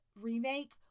remake